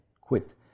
quit